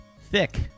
Thick